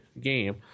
game